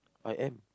I am